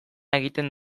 egiten